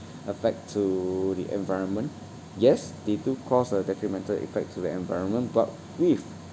effect to the environment yes they do cause a detrimental effects to the environment but if